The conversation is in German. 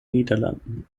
niederlanden